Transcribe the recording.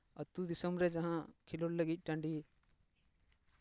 ᱟᱹᱛᱩ ᱫᱤᱥᱚᱢ ᱨᱮ ᱡᱟᱦᱟᱸ ᱠᱷᱮᱞᱳᱰ ᱞᱟᱹᱜᱤᱫ ᱴᱟᱺᱰᱤ